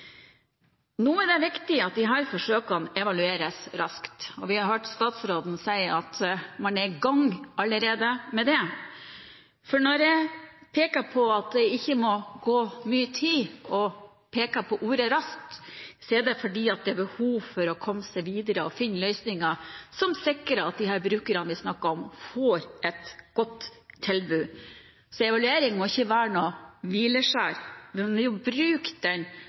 Nå er det viktig at disse forsøkene evalueres raskt, og vi har hørt statsråden si at man allerede er i gang med det. For når jeg peker på at det ikke må gå mye tid og peker på ordet «raskt», er det fordi det er behov for å komme seg videre og finne løsninger som sikrer at de brukerne vi snakker om, får et godt tilbud. En evaluering må ikke være noe hvileskjær, vi må bruke den